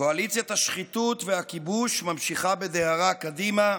קואליציית השחיתות והכיבוש ממשיכה בדהרה קדימה,